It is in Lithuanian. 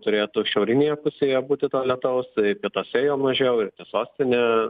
turėtų šiaurinėje pusėje būti to lietaus pietuose jo mažiau ir sostinė